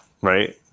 right